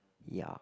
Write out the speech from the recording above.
ya